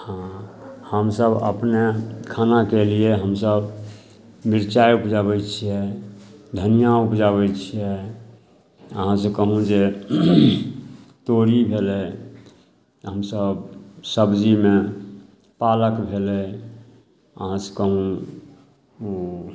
हँ हमसब अपना खानाके लिए हमसब मिरचाइ ऊपजाबै छियै धनियाँ ऊपजाबै छियै अहाँ सबके कहलू जे तोरी भेलै हमसब सब्जीमे पालक भेलै अहाँ सबके